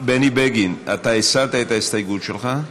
בני בגין, אתה הסרת את ההסתייגות שלך?